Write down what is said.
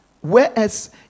Whereas